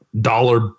dollar